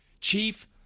Chief